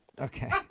Okay